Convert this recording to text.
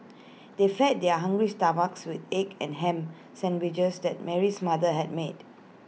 they fed their hungry stomachs with egg and Ham Sandwiches that Mary's mother had made